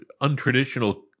untraditional